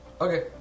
Okay